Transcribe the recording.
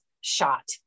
shot